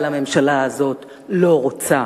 אבל הממשלה הזאת לא רוצה.